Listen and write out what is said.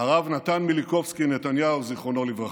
הרב נתן מיליקובסקי נתניהו, זיכרונו לברכה,